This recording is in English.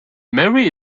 mary